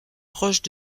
proches